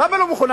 למה לא מוכנה?